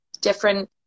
different